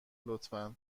لطفا